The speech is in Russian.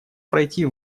пройти